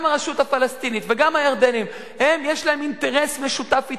גם הרשות הפלסטינית וגם הירדנית יש להן אינטרס משותף אתנו,